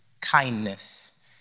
Kindness